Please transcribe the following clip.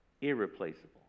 irreplaceable